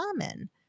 common